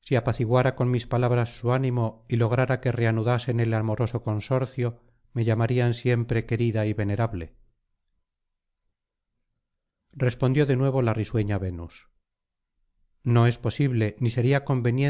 si apaciguara con mis palabras su ánimo y lograra que reanudasen el amoroso consorcio me llamarían siempre querida y venerable respondió de nuevo la risueña venus no es posible ni sería conveniente